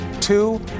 Two